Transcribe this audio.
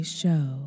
show